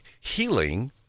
healing